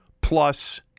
plus